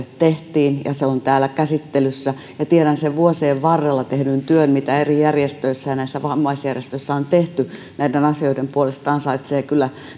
tehtiin ja se on täällä käsittelyssä tiedän sen vuosien varrella tehdyn työn mitä eri järjestöissä ja näissä vammaisjärjestöissä on tehty näiden asioiden puolesta se ansaitsee kyllä